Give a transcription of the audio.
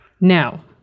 Now